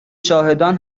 شاهدان